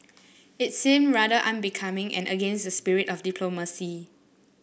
it seemed rather unbecoming and against the spirit of diplomacy